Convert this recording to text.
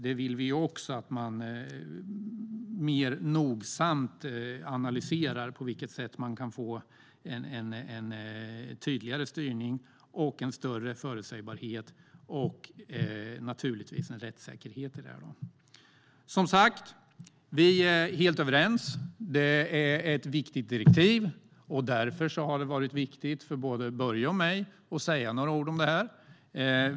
Vi vill att man analyserar mer nogsamt på vilket sätt det kan bli en tydligare styrning, en större förutsägbarhet och rättssäkerhet i detta. Vi är som sagt helt överens. Det är ett viktigt direktiv, och därför har det varit viktigt för både Börje och mig att säga några ord om detta.